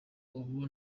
ubu